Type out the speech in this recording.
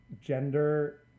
gender